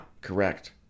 Correct